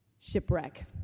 shipwreck